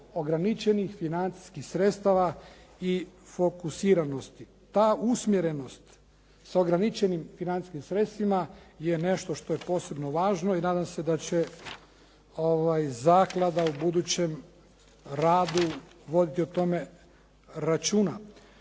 ograničenih financijskih sredstava i fokusiranosti. Ta usmjerenost sa ograničenim financijskim sredstvima je nešto što je posebno važno i nadam se da će zaklada u budućem radu voditi o tome računa.